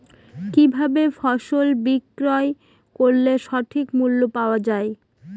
কি ভাবে ফসল বিক্রয় করলে সঠিক মূল্য পাওয়া য়ায়?